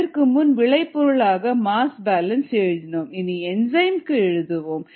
இதற்கு முன் விளைபொருளுக்கு மாஸ் பேலன்ஸ் எழுதினோம் இனி என்சைம்க்கு எழுதுவோம்